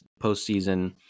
postseason